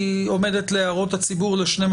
היא עומדת להערות הציבור ל-14